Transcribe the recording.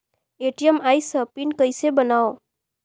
ATM आइस ह pin कइसे बनाओ?